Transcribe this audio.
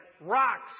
rocks